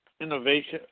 innovation